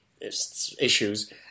issues